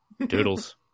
Doodles